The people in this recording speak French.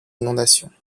inondations